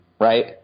right